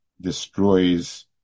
destroys